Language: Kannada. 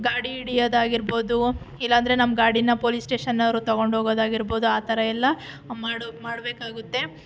ಗಾಡಿ ಹಿಡಿಯೋದಾಗಿರ್ಬೋದು ಇಲ್ಲ ಅಂದರೆ ನಮ್ಮ ಗಾಡಿನ ಪೊಲೀಸ್ ಸ್ಟೇಷನ್ನವರು ತೊಗೊಂಡೋಗೋದಾಗಿರ್ಬಹುದು ಆ ಥರ ಎಲ್ಲ ಮಾಡೋ ಮಾಡ್ಬೇಕಾಗುತ್ತೆ